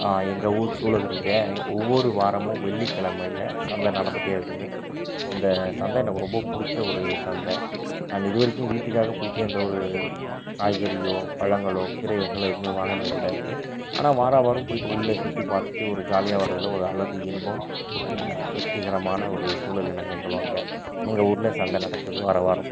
எங்கள் ஊர் சூலகிரியில் ஒவ்வொரு வாரமும் வெள்ளிக் கெழமையில சந்தை நடந்துக்கிட்டே இருக்குது இந்த சந்தை எனக்கு ரொம்ப பிடிச்ச ஒரு சந்தை நான் இதுவரைக்கும் வீட்டுக்காக போய்விட்டு எந்தவொரு காய்கறியோ பழங்களோ கீரை வகைகளோ எதுவுமே வாங்கினது கிடையாது ஆனால் வாரா வாரம் போய்விட்டு உள்ளே சுற்றி பார்த்துட்டு ஒரு ஜாலியாக வரதில் ஓரளவு இன்பம் திருப்திகரமான ஒரு சூழல் எனக்கு நிகழும் அங்கே எங்கள் ஊரில் சந்தை நடக்குது வாரா வாரம்